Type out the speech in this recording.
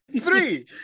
Three